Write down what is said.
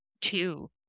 two